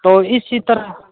तो इसी तरह